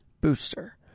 booster